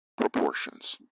proportions